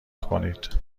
کنید